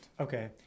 Okay